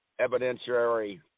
evidentiary